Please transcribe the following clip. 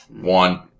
One